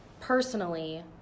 personally